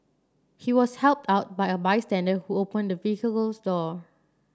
he was helped out by a bystander who opened the vehicle's door